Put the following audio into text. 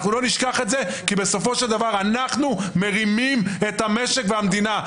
כי בסופו של דבר, אנחנו מרימים את המשק והמדינה.